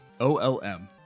OLM